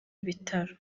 ibitaro